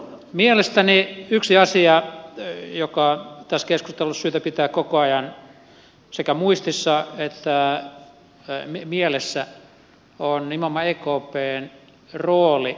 mielestäni yksi asia joka tässä keskustelussa on syytä pitää koko ajan sekä muistissa että mielessä on nimenomaan ekpn rooli